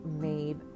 made